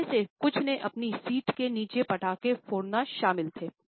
उनमें से कुछ में अपनी सीट के नीचे पटाखे फोड़ना शामिल थे